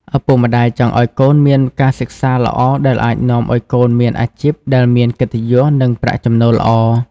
ឪពុកម្ដាយចង់ឲ្យកូនមានការសិក្សាល្អដែលអាចនាំឲ្យកូនមានអាជីពដែលមានកិត្តិយស និងប្រាក់ចំណូលល្អ។